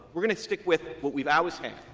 we're going to stick with what we've always had,